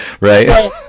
right